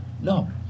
No